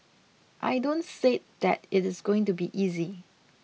I don't said that it is going to be easy